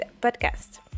podcast